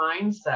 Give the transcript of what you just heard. mindset